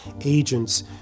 agents